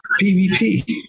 PvP